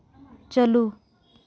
ᱪᱟᱹᱞᱩ